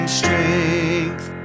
strength